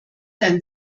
ein